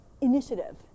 initiative